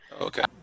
Okay